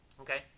Okay